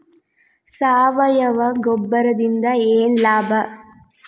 ಸಾವಯವ ಗೊಬ್ಬರದಿಂದ ಏನ್ ಲಾಭ?